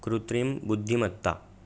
कृत्रिम बुद्धिमत्ता